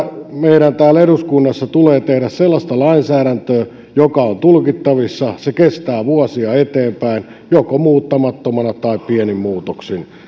meidän täällä eduskunnassa tulee tehdä sellaista lainsäädäntöä joka on tulkittavissa ja joka kestää vuosia eteenpäin joko muuttamattomana tai pienin muutoksin